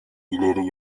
ileri